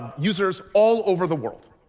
users all over the world.